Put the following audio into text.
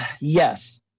Yes